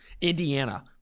Indiana